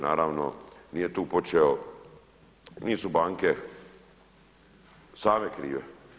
Naravno nije tu počeo, nisu banke same krive.